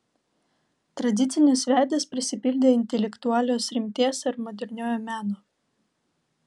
tradicinis veidas prisipildė intelektualios rimties ir moderniojo meno